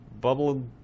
bubble